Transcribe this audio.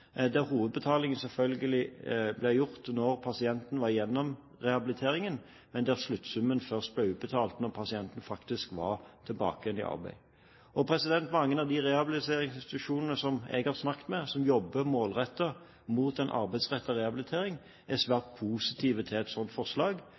der hovedbetalingen selvfølgelig blir gjort når pasientene har vært igjennom rehabiliteringen, men der sluttsummen først blir utbetalt når pasienten faktisk er tilbake i arbeid. Mange av de rehabiliteringsinstitusjonene som jeg har snakket med, og som jobber målrettet mot en arbeidsrettet rehabilitering, er